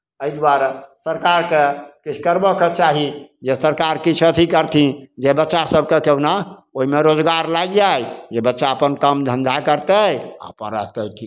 एहि दुआरे सरकारकेँ किछु करबयके चाही जे सरकार किछु अथी करथिन जे बच्चासभकेँ कहुना ओहिमे रोजगार लागि जाय जे बच्चा अपन काम धन्धा करतै आ अपन रहतै ठीक